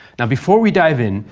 and before we dive in,